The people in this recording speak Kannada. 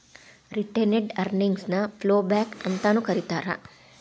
ರಿಟೇನೆಡ್ ಅರ್ನಿಂಗ್ಸ್ ನ ಫ್ಲೋಬ್ಯಾಕ್ ಅಂತಾನೂ ಕರೇತಾರ